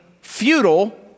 futile